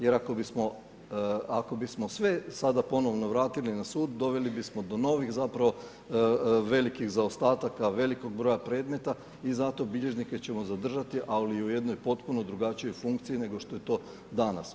Jer ako bismo sve sada ponovno vratili na sud, doveli bismo do novih zapravo velikih zaostataka, velikog broja predmeta i zato bilježnike ćemo zadržati, ali u jednoj potpuno drugačijoj funkciji nego što je to danas.